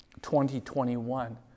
2021